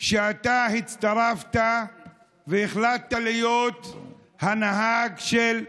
שאתה הצטרפת והחלטת להיות הנהג של ה-D-9,